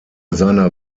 seiner